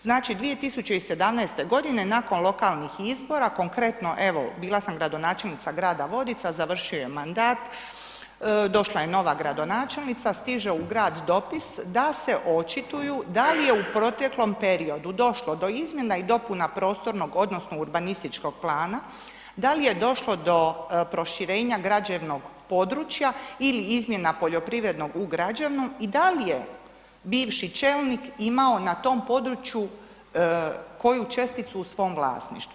Znači 2017. godine nakon lokalnih izbora, konkretno evo bila sam gradonačelnica Grada Vodica, završio je mandat, došla je nova gradonačelnica, stiže u grad dopis da se očituju da li je u proteklom periodu došlo do izmjena i dopuna prostornog odnosno urbanističkog plana, da li je došlo do proširenja građevnog područja ili izmjena poljoprivrednog u građevno i da li je bivši čelnik imao na tom području koju česticu u svom vlasništvu?